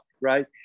right